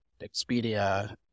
Expedia